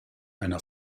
einer